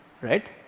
right